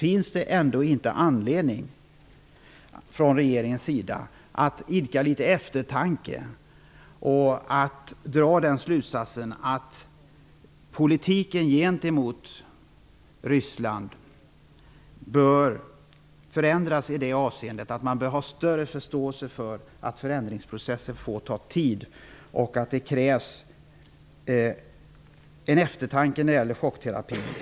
Finns det ingen anledning att från regeringens sida idka litet eftertanke och dra slutsatsen att politiken gentemot Ryssland bör förändras så till vida att man måste ha större förståelse för att förändringsprocesser tar tid? Krävs det inte eftertanke innan man sätter in chockterapi?